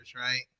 right